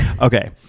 okay